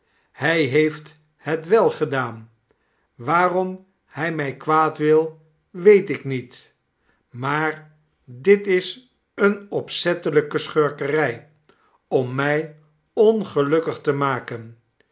hij heeft het wel gedaan waarom hij mij kwaad wil weet ik niet maar dit is eene opzettelijke schurkerij om mij ongelukkig te maken